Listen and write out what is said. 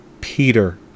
Peter